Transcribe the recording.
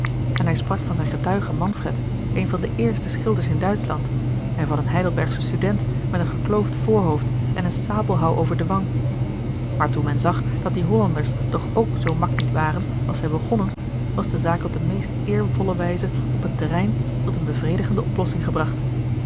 en hij sprak van zijn getuige manfred een van de eerste schilders in duitschland en van een heidelbergschen student met een gekloofd voorhoofd en een sabelhouw over den wang maar toen men zag dat die hollanders toch ook zoo mak niet waren als zij begonnen was de zaak op de meest eervolle wijze op het terrein tot eene bevredigende oplossing gebracht